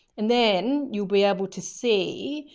and then you'll be able to see,